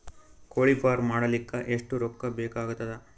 ಕೋಳಿ ಫಾರ್ಮ್ ಮಾಡಲಿಕ್ಕ ಎಷ್ಟು ರೊಕ್ಕಾ ಬೇಕಾಗತದ?